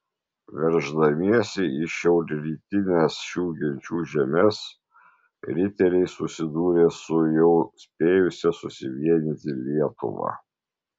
verždamiesi į šiaurrytines šių genčių žemes riteriai susidūrė su jau spėjusia susivienyti lietuva